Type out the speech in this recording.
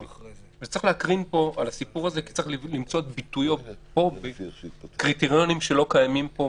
זה צריך למצוא פה את ביטויו בקריטריונים שלא קיימים פה,